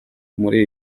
muri